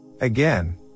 Again